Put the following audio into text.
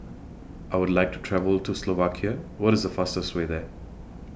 I Would like to travel to Slovakia What IS The fastest Way There